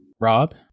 Rob